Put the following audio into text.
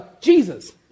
Jesus